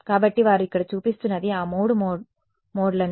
కాబట్టి వారు ఇక్కడ చూపిస్తున్నది ఆ మూడు మోడ్లను